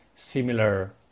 similar